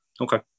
okay